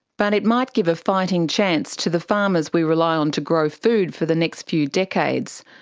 but it might give a fighting chance to the farmers we rely on to grow food for the next few decades,